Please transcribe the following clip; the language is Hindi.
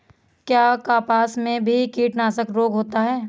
क्या कपास में भी कीटनाशक रोग होता है?